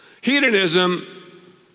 Hedonism